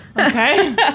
okay